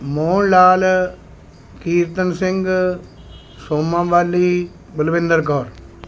Mohan Lal Kirtan Singh Soma Bali Balwinder Kaur